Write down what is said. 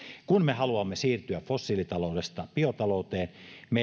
kun me haluamme siirtyä fossiilitaloudesta biotalouteen